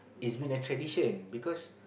it's been a tradition because